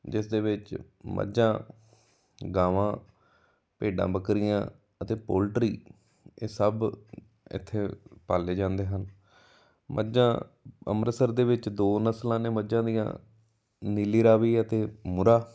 ਜਿਸ ਦੇ ਵਿੱਚ ਮੱਝਾਂ ਗਾਵਾਂ ਭੇਡਾਂ ਬੱਕਰੀਆਂ ਅਤੇ ਪੋਲਟਰੀ ਇਹ ਸਭ ਇੱਥੇ ਪਾਲੇ ਜਾਂਦੇ ਹਨ ਮੱਝਾਂ ਅੰਮ੍ਰਿਤਸਰ ਦੇ ਵਿੱਚ ਦੋ ਨਸਲਾਂ ਨੇ ਮੱਝਾਂ ਦੀਆਂ ਨੀਲੀ ਰਾਵੀ ਅਤੇ ਮੋਰਾ